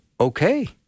okay